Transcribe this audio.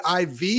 IV